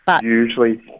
Usually